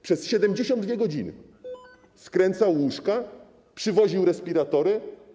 Przez 72 godziny skręcał łóżka, przywoził respiratory?